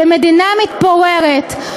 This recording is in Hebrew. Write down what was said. במדינה מתפוררת,